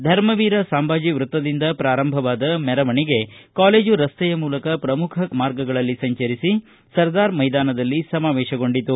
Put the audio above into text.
ಧರ್ಮವೀರ ಸಂಭಾಜಿ ವೃತ್ತದಿಂದ ಪ್ರಾರಂಭವಾದ ಮೆರವಣಿಗೆ ಕಾಲೇಜು ರಸ್ತೆಯ ಮೂಲಕ ಪ್ರಮುಖ ಮಾರ್ಗಗಳಲ್ಲಿ ಸಂಚರಿಸಿ ಸರದಾರ ಮೈದಾನದಲ್ಲಿ ಸಮಾವೇಶಗೊಂಡಿತು